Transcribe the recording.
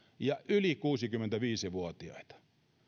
ja yli kuusikymmentäviisi vuotiaita